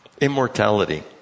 immortality